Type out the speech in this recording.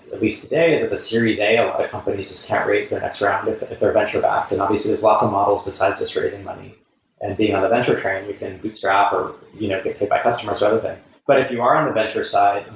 at least today is it the series a of the companies just can't reach their next round if if they're venture-backed. and obviously, there's lots of models besides just raising money and being on the venture train. we can bootstrap, or you know get paid by customers ah other than. but if you are on the venture side,